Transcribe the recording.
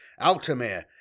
Altamir